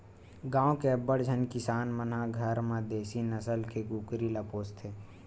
गाँव के अब्बड़ झन किसान मन ह घर म देसी नसल के कुकरी ल पोसथे